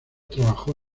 trabajó